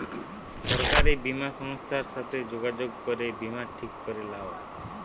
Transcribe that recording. সরকারি বীমা সংস্থার সাথে যোগাযোগ করে বীমা ঠিক করে লাও